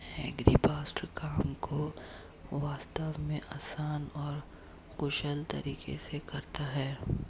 agribots काम को वास्तव में आसान और कुशल तरीके से करता है